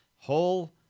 whole